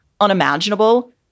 unimaginable